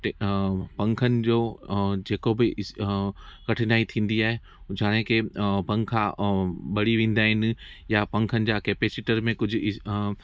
पंखनि जो जेको बि कठिनाई थींदी आहे जाणे के पंखा ऐं ॿरी वेंदा आहिनि या पंखनि जा कैपेसिटर में कुझु